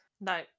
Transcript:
No